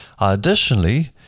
Additionally